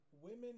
Women